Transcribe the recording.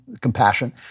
compassion